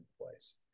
place